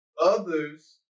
others